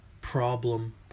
problem